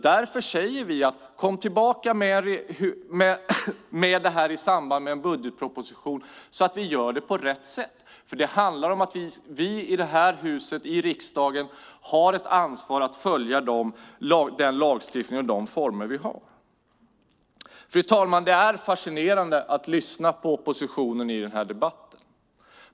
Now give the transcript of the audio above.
Därför säger vi: Kom tillbaka med detta i samband med en budgetproposition så att vi gör det på rätt sätt. I riksdagen har vi ett ansvar att följa lagstiftningen. Fru talman! Det är fascinerande att lyssna på oppositionen i den här debatten.